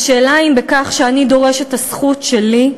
השאלה היא, אם בכך שאני דורש את הזכות שלי,